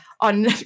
on